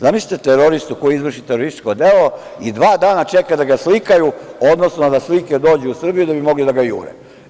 Zamislite teroristu koji izvrši terorističko delo i dva dana čeka da ga slikaju, odnosno da slike dođu u Srbiju da bi mogli da ga jure.